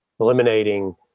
eliminating